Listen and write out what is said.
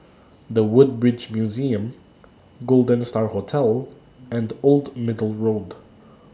The Woodbridge Museum Golden STAR Hotel and Old Middle Road